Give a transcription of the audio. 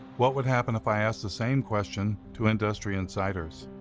what would happen if i asked the same question to industry insiders?